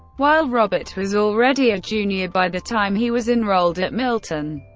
while robert was already a junior by the time he was enrolled at milton.